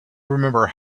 remember